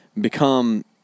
become